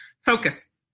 Focus